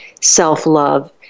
self-love